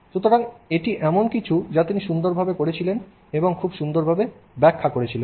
সুতরাং এটি এমন কিছু যা তিনি খুব সুন্দরভাবে করেছিলেন এবং খুব সুন্দরভাবে ব্যাখ্যা করেছিলেন